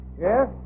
Yes